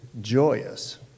joyous